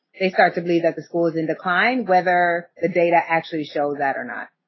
they start to believe that the school is in decline, whether the data actually show that or not.